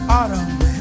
autumn